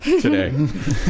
today